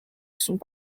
sont